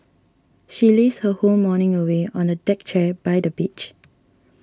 she lazed her whole morning away on a deck chair by the beach